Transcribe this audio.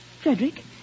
Frederick